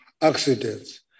accidents